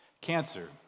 Cancer